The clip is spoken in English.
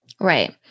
Right